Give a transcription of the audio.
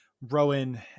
Rowan